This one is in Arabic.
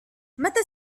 متى